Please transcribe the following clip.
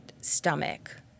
stomach